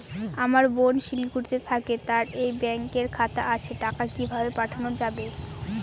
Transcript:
আমার বোন শিলিগুড়িতে থাকে তার এই ব্যঙকের খাতা আছে টাকা কি ভাবে পাঠানো যাবে?